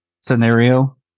scenario